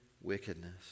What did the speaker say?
wickedness